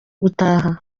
gutaha